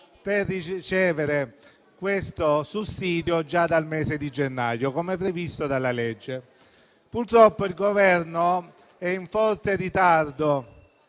per ricevere questo sussidio già dal mese di gennaio, come previsto dalla legge. *(Brusio).* Purtroppo, il Governo è in forte ritardo,